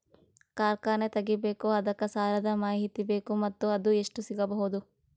ಕಾರ್ಖಾನೆ ತಗಿಬೇಕು ಅದಕ್ಕ ಸಾಲಾದ ಮಾಹಿತಿ ಬೇಕು ಮತ್ತ ಅದು ಎಷ್ಟು ಸಿಗಬಹುದು?